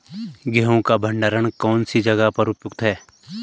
गेहूँ का भंडारण कौन सी जगह पर उपयुक्त है?